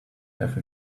have